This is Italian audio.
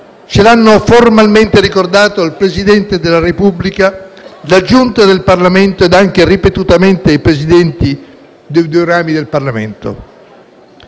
ce l'hanno formalmente ricordato il Presidente della Repubblica, la Giunta del Parlamento e anche, ripetutamente, i Presidenti dei due rami del Parlamento.